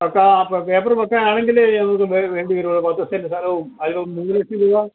അപ്പം ആ പേപ്പറ് പ്രശ്നം ആണെങ്കിൽ എന്ത് വില വേണ്ടി വരും ഒരു പത്ത് സെൻറ്റ് സ്ഥലവും അതിൽ വീട് കെട്ടി തീരാൻ